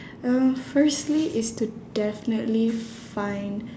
uh firstly is to definitely find